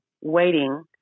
waiting